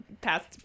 past